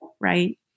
right